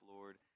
Lord